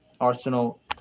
Arsenal